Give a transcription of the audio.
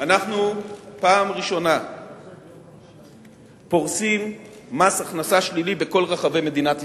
אנחנו בפעם הראשונה פורסים מס הכנסה שלילי בכל רחבי מדינת ישראל,